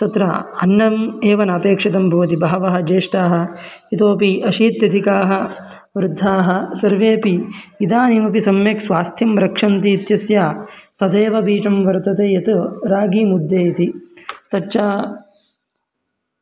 तत्र अन्नम् एव नापेक्षितं भवति बहवः ज्येष्ठाः इतोपि अशीत्यधिकाः वृद्धाः सर्वेपि इदानीमपि सम्यक् स्वास्थ्यं रक्षन्ति इत्यस्य तदेव बीजं वर्तते यत् रागीमुद्दे इति तच्च